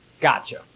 Gotcha